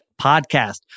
podcast